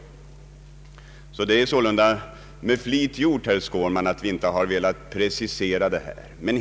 Vi har sålunda med flit inte velat göra preciseringar härvidlag, herr Skårman.